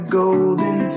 golden